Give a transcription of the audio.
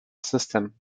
system